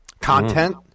content